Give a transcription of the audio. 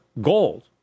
gold